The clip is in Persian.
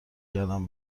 کردم